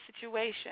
situation